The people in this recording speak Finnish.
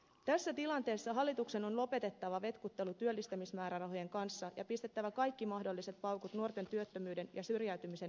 tässä tilanteessa hallituksen on lopetettava vetkuttelu työllistämismäärärahojen kanssa ja pistettävä kaikki mahdolliset paukut nuorten työttömyyden ja syrjäytymisen ehkäisyyn